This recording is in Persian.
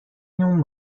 نون